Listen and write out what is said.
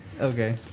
Okay